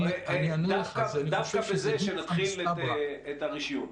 דווקא בזה שנתחיל את הרישיון?